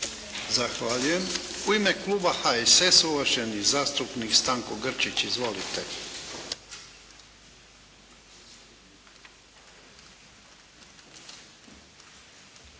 Zahvaljujem. U ime kluba HSS-a uvaženi zastupnik Stanko Grčić. Izvolite.